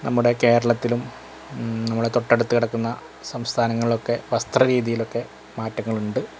നമ്മുടെ കേരളത്തിലും നമ്മുടെ തൊട്ടടുത്തു കിടക്കുന്ന സംസ്ഥനങ്ങളിലൊക്കെ വസ്ത്രരീതിയിലൊക്കെ മാറ്റങ്ങളുണ്ട്